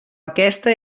aquesta